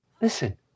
Listen